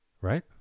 Right